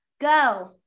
Go